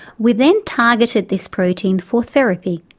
we then targeted this protein for therapy.